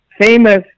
famous